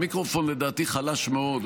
המיקרופון לדעתי חלש מאוד,